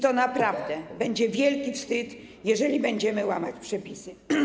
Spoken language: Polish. To naprawdę będzie wielki wstyd, jeżeli będziemy łamać przepisy.